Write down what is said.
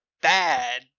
bad